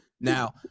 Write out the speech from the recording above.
Now